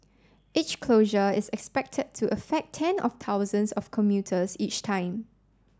each closure is expected to affect ten of thousands of commuters each time